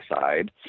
side